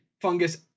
fungus